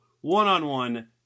one-on-one